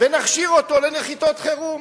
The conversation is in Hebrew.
ונכשיר אותו לנחיתות חירום.